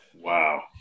wow